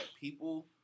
people